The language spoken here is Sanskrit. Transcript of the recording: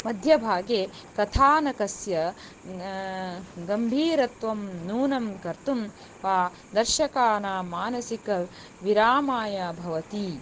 मध्यभागे कथानकस्य गम्भीरत्वं नूनं कर्तुं वा दर्शकाणा मानसिक विरामाय भवति